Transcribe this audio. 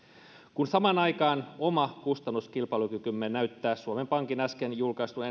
kun samaan aikaan oma kustannuskilpailukykymme näyttää suomen pankin äsken julkaistun